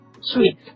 Sweet